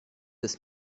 ist